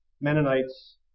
Mennonites